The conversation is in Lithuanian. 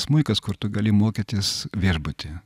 smuikas kur tu gali mokytis viešbuty